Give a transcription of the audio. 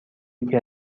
یکی